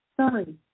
Sorry